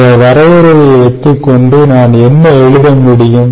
இந்த வரையறையை வைத்துக் கொண்டு நான் என்ன எழுத முடியும்